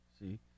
See